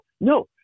no